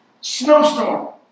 Snowstorm